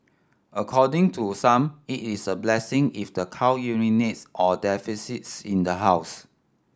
according to some it is a blessing if the cow urinates or defecates in the house